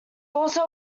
also